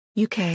UK